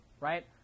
right